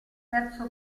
terzo